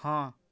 ହଁ